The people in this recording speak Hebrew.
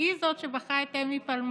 היא שבחרה את אמי פלמור.